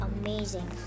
amazing